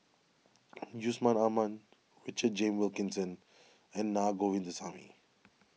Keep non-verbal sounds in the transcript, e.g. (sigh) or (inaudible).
(noise) Yusman Aman Richard James Wilkinson and Naa Govindasamy